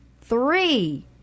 three